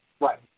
Right